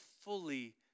fully